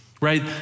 right